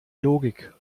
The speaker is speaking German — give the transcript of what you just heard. logik